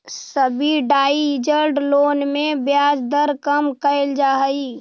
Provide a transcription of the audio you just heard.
subsidised loan में ब्याज दर कम कैल जा हइ